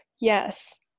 Yes